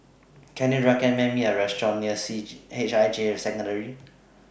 Can YOU recommend Me A Restaurant near C H I J Secondary